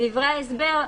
בדברי ההסבר,